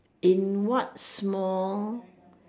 in what small